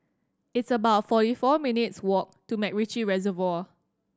it's about forty four minutes' walk to MacRitchie Reservoir